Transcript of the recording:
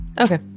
Okay